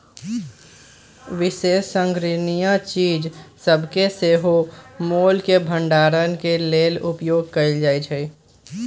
विशेष संग्रहणीय चीज सभके सेहो मोल के भंडारण के लेल उपयोग कएल जाइ छइ